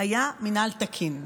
היה מינהל תקין.